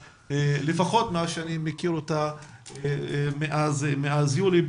לפחות מאז שאני מכיר אותה מאז יולי,